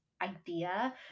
idea